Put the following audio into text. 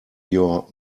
your